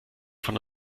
von